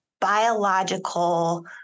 biological